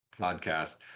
podcast